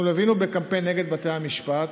אנחנו לֻווינו בקמפיין נגד בתי המשפט,